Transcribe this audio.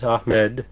Ahmed